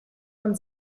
von